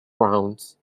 grounds